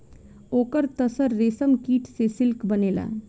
ओकर तसर रेशमकीट से सिल्क बनेला